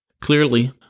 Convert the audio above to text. Clearly